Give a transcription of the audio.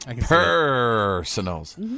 Personals